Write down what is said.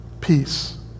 peace